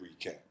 recap